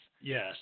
Yes